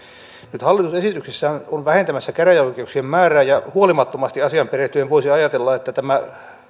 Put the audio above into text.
nyt hallitus esityksessään on vähentämässä käräjäoikeuksien määrää ja huolimattomasti asiaan perehtyen voisi ajatella että tämä